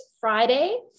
Friday